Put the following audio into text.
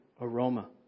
aroma